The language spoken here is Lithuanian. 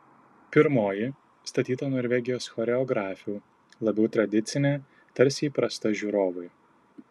pirmoji statyta norvegijos choreografių labiau tradicinė tarsi įprasta žiūrovui